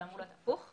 זה אמור להיות הפוך.